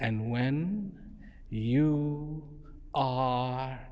and when you a